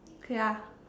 okay ah